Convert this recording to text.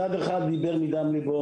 מצד אחד הוא דיבר מדם ליבו,